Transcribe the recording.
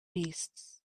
beasts